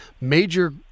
major